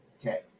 Okay